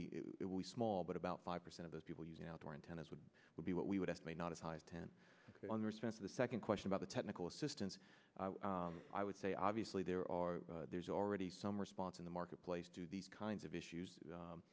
be small but about five percent of those people using outdoor antennas would be what we would estimate not as high as ten percent of the second question about the technical assistance i would say obviously there are there's already some response in the marketplace to these kinds of issues